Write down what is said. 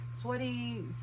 sweaty